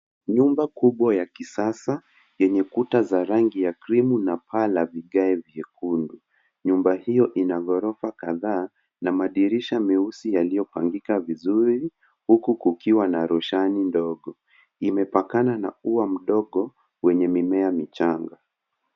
Nyumba kubwa ya kisasa yenye kuta za rangi ya cream na paa la vigae vyekundu. Nyumba hiyo ina ghorofa kadhaa na madirisha meusi yaliyopangika vizuri huku kukiwa na roshani ndogo. Imepakana na ua mdogo wenye mimea michanga.